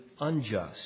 unjust